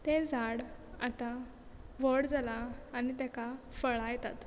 ते तें झाड आतां व्हड जाला आनी ताका फळां येतात